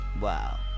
Wow